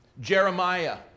Jeremiah